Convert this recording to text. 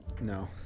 No